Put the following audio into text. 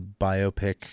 biopic